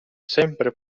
sempre